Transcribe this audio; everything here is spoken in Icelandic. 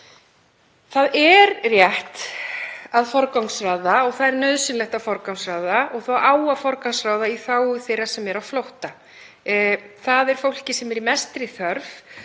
Það er rétt að forgangsraða og það er nauðsynlegt að forgangsraða og það á að forgangsraða í þágu þeirra sem eru á flótta. Það er fólkið sem er í mestri þörf